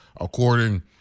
according